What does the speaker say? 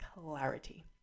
clarity